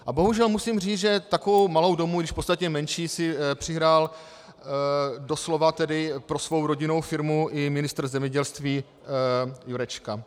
A bohužel musím říct, že takovou malou domů, i když podstatně menší, si přihrál doslova pro svou rodinnou firmu i ministr zemědělství Jurečka.